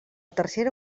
tercera